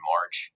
March